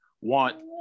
want